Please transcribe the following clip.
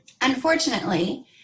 Unfortunately